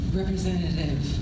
representative